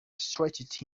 stretched